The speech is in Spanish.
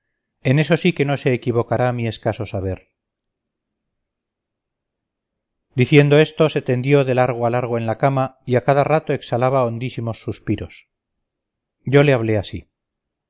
en eso sí que no se equivocará mi escaso saber diciendo esto se tendió de largo a largo en la cama y a cada rato exhalaba hondísimos suspiros yo le hablé así